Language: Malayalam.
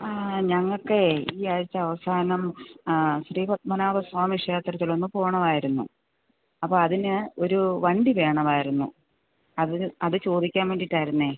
ആ ഞങ്ങൾക്കേ ഈയാഴ്ച്ച അവസാനം ശ്രീ പത്മനാഭസ്വാമി ക്ഷേത്രത്തിലൊന്ന് പോവണമായിരുന്നു അപ്പോൾ അതിന് ഒരു വണ്ടി വേണമായിരുന്നു അത് അത് ചോദിക്കാൻ വേണ്ടിയിട്ടായിരുന്നേ